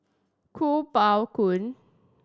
Kuo Pao Kun